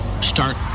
start